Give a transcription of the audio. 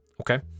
Okay